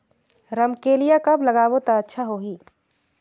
रमकेलिया कब लगाबो ता अच्छा होही?